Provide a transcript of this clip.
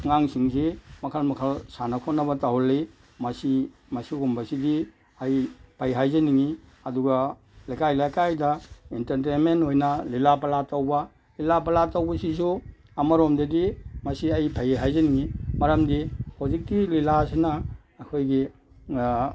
ꯑꯉꯥꯡꯁꯤꯡꯁꯤ ꯃꯈꯜ ꯃꯈꯜ ꯁꯥꯟꯅ ꯈꯣꯠꯅꯕ ꯇꯧꯍꯜꯂꯤ ꯃꯁꯤ ꯃꯁꯤꯒꯨꯝꯕꯁꯤꯗꯤ ꯑꯩ ꯐꯩ ꯍꯥꯏꯖꯅꯤꯡꯉꯤ ꯑꯗꯨꯒ ꯂꯩꯀꯥꯏ ꯂꯩꯀꯥꯏꯗ ꯑꯦꯟꯇꯔꯇꯦꯟꯃꯦꯟ ꯂꯤꯂꯥ ꯄꯥꯂꯥ ꯇꯧꯕ ꯂꯤꯂꯥ ꯄꯥꯂꯥ ꯇꯧꯕꯁꯤꯁꯨ ꯑꯃꯔꯣꯝꯗꯗꯤ ꯃꯁꯤ ꯑꯩ ꯐꯩ ꯍꯥꯏꯖꯅꯤꯡꯉꯤ ꯃꯔꯝꯗꯤ ꯍꯧꯖꯤꯛꯇꯤ ꯂꯤꯂꯥꯁꯤꯅ ꯑꯩꯈꯣꯏꯒꯤ